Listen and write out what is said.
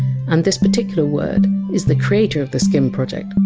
and this particular word is the creator of the skin project,